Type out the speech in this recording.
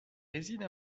réside